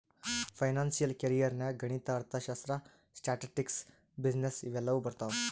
financial career ನಾಗ್ ಗಣಿತ, ಅರ್ಥಶಾಸ್ತ್ರ, ಸ್ಟ್ಯಾಟಿಸ್ಟಿಕ್ಸ್, ಬಿಸಿನ್ನೆಸ್ ಇವು ಎಲ್ಲಾ ಬರ್ತಾವ್